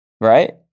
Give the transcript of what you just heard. Right